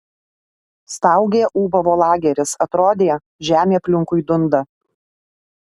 staugė ūbavo lageris atrodė žemė aplinkui dunda